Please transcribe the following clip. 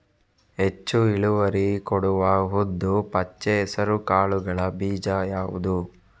ಹೆಚ್ಚು ಇಳುವರಿ ಕೊಡುವ ಉದ್ದು, ಪಚ್ಚೆ ಹೆಸರು ಕಾಳುಗಳ ಬೀಜ ಯಾವುದು?